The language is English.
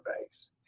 base